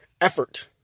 effort